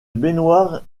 baignoire